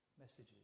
messages